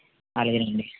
అలాగే అండి